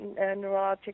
neurologic